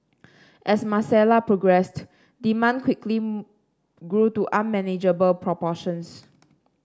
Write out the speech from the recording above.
as Marcella progressed demand quickly grew to unmanageable proportions